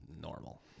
normal